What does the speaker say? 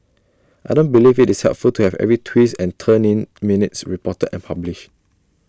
I don't believe IT is helpful to have every twist and and turn in minutes reported and published